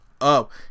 up